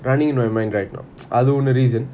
running in my mind right now அது ஒன்னு:athu onnu reason